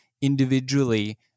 individually